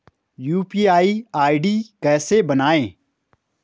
UPI ID कैसे बनायें?